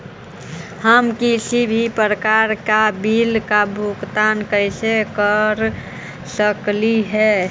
हम किसी भी प्रकार का बिल का भुगतान कर सकली हे?